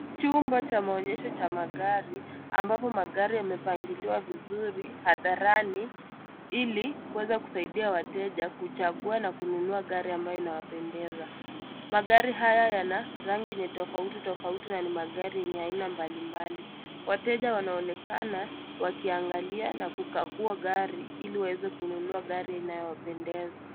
Chumba cha maonyesho cha magari ambapo magari yamepangiliwa vizuri hadharani ili kuweza kusaidia wateja kuchagua na kununua gari ambayo inawapendeza. Magari haya yana rangi yenye tofauti tofauti na ni magari yenye aina mbalimbali, wateja wanaonekana wakiangalia na kukagua gari ili waweze kununua gari inayowapendeza.